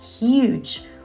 huge